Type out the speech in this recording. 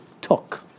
took